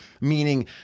meaning